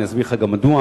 ואני אסביר לך גם מדוע,